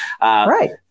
Right